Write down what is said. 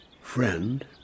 Friend